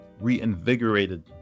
reinvigorated